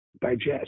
digest